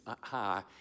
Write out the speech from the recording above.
high